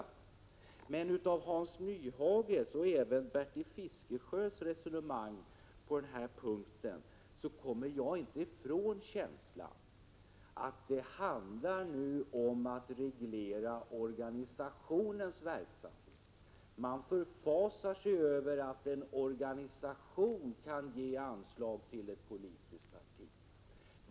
När jag lyssnar till Hans Nyhages och Bertil Fiskesjös resonemang på den här punkten, kommer jag inte ifrån känslan av att det nu handlar om att reglera organisationernas verksamhet. Man förfasar sig över att en organisation kan ge anslag till ett politiskt parti.